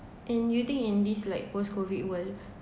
and you think in this like post COVID world